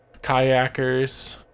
kayakers